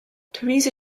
teresa